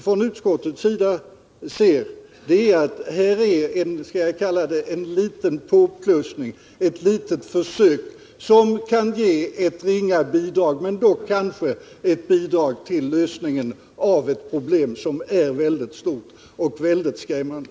Från utskottets sida ser vi detta som en liten påplussning, ett litet försök, som skall ge ett ringa bidrag men dock kanske ett bidrag till lösningen av ett problem som är mycket stort och mycket skrämmande.